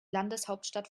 landeshauptstadt